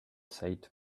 said